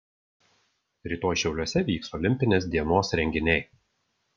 rytoj šiauliuose vyks olimpinės dienos renginiai